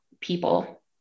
people